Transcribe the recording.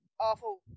awful